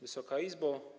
Wysoka Izbo!